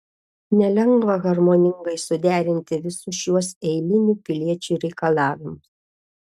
nelengva harmoningai suderinti visus šiuos eilinių piliečių reikalavimus